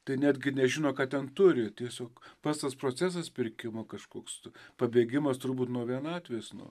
tai netgi nežino kad ten turi tiesiog pats tas procesas pirkimo kažkoks pabėgimas turbūt nuo vienatvės nu